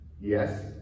Yes